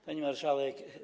Pani Marszałek!